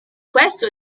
questo